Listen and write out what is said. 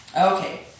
Okay